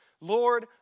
Lord